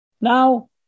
Now